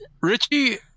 Richie